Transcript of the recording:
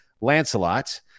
Lancelot